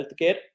healthcare